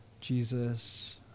Jesus